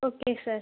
okay sir